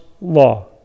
law